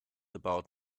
about